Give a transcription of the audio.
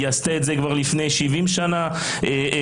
היא עשתה את זה כבר לפני 70 שנה ויותר,